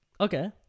Okay